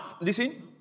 listen